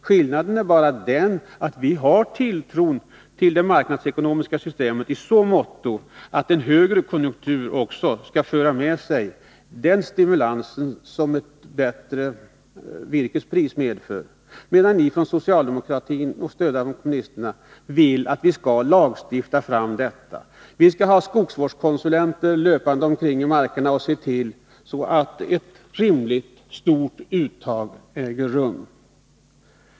Skillnaden är bara att vi har tilltro till det marknadsekonomiska systemet i så måtto att en bättre konjunktur också kan föra med sig en stimulans i form av ett högre virkespris, medan ni från socialdemokratin med stöd av kommunisterna vill att vi skall lagstifta fram detta. Vi kommer att få skogsvårdskonsulenter löpande omkring i markerna för att se till att ett rimligt uttag äger rum.